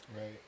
Right